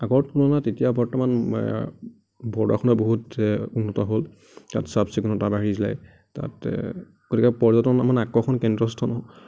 আগৰ তুলনাত এতিয়া বৰ্তমান বৰদোৱাখনে বহুত উন্নত হ'ল তাত চাফ চিকুণতা বাঢ়িলে তাতে গতিকে পৰ্যটনৰ মানে আকৰ্ষণৰ কেন্দ্ৰস্থল